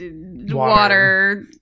water